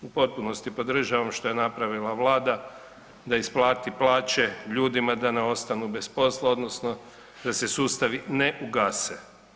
U potpunosti podržavam što je napravila Vlada da isplati plaće ljudima da ne ostanu bez posla odnosno da se sustavi ne ugase.